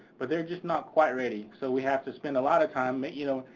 but they're just not quite ready. so we have to spend a lot of time, you know,